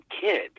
kid